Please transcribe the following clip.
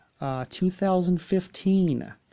2015